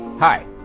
Hi